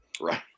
Right